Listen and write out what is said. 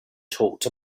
talked